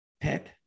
Pep